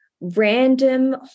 random